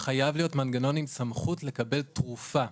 חייב להיות מנגנון עם סמכות לקבל תרופה,